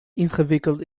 ingewikkeld